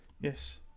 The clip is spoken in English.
Yes